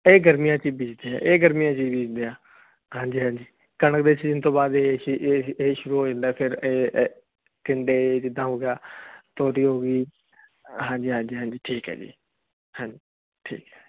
ਇਹ ਗਰਮੀਆਂ ਚ ਇਹ ਗਰਮੀਆਂ ਚ ਬੀਜਦੇ ਆ ਹਾਂਜੀ ਹਾਂਜੀ ਕਣਕ ਦੇ ਚੀਨ ਤੋਂ ਬਾਅਦ ਇਹ ਸ਼ੁਰੂ ਹੋ ਜਾਂਦਾ ਫਿਰ ਕੰਡੇ ਜਿੱਦਾਂ ਹੋ ਗਿਆ ਤੁਹਾਡੀ ਹੋ ਗਈ ਹਾਂਜੀ ਹਾਂਜੀ ਠੀਕ ਹੈ ਜੀ ਹਾਂਜੀ ਠੀਕ ਹ